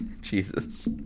Jesus